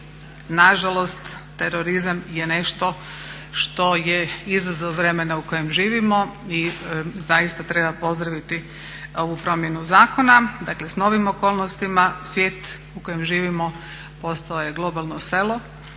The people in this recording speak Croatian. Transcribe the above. Nažalost, terorizam je nešto što je izazov vremena u kojem živimo i zaista treba pozdraviti ovu promjenu zakona. Dakle s novim okolnostima svijet u kojem živimo postao je globalno selo